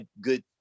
good